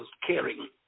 caring